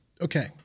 Okay